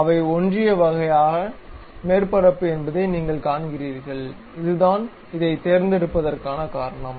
அவை ஒன்றிய வகையான மேற்பரப்பு என்பதை நீங்கள் காண்கிறீர்கள் இதுதான் இதைத் தேர்ந்தெடுப்பதற்கான காரணம்